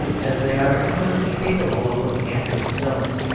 as they are eminently capable of looking after themselves.